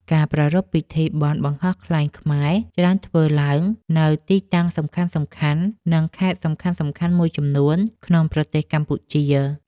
ការប្រារព្ធពិធីបុណ្យបង្ហោះខ្លែងខ្មែរ ច្រើនធ្វើឡើងនៅទីតាំងសំខាន់ៗ និងខេត្តសំខាន់ៗមួយចំនួនក្នុងប្រទេសកម្ពុជា។